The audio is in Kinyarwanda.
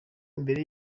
mbere